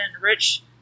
rich